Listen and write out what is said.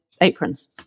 aprons